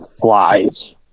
flies